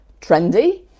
trendy